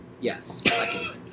Yes